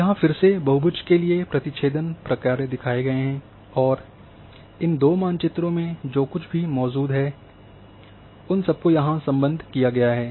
यहाँ फिर से बहुभुज के लिए प्रतिछेदन प्रकार्य दिखाए गए हैं और इन दो मानचित्रों में जो कुछ भी मौजूद था उन सबको यहाँ संघबद्ध किया गया है